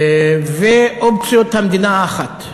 ואופציית המדינה האחת.